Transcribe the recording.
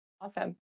Awesome